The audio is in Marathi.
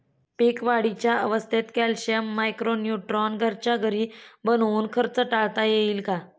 पीक वाढीच्या अवस्थेत कॅल्शियम, मायक्रो न्यूट्रॉन घरच्या घरी बनवून खर्च टाळता येईल का?